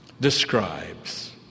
describes